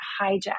hijack